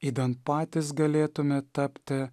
idant patys galėtume tapti